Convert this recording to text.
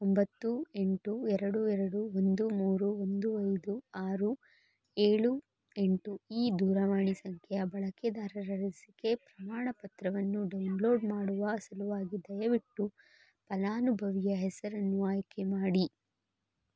ಒಂಬತ್ತು ಎಂಟು ಎರಡು ಎರಡು ಒಂದು ಮೂರು ಒಂದು ಐದು ಆರು ಏಳು ಎಂಟು ಈ ದೂರವಾಣಿ ಸಂಖ್ಯೆಯ ಬಳಕೆದಾರರ ಲಸಿಕೆ ಪ್ರಮಾಣಪತ್ರವನ್ನು ಡೌನ್ಲೋಡ್ ಮಾಡುವ ಸಲುವಾಗಿ ದಯವಿಟ್ಟು ಫಲಾನುಭವಿಯ ಹೆಸರನ್ನು ಆಯ್ಕೆ ಮಾಡಿ